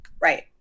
Right